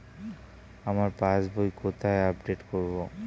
আমার passbook কোথায় update করব?